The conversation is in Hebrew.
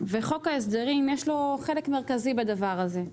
וחוק ההסדרים יש לו חלק מרכזי בדבר הזה.